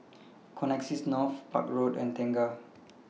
Connexis North Park Road and Tengah